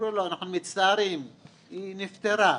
אמרו לו: אנחנו מצטערים, היא נפטרה,